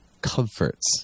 comforts